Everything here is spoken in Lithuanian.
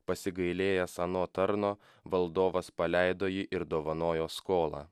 pasigailėjęs ano tarno valdovas paleido jį ir dovanojo skolą